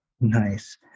Nice